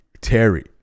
Terry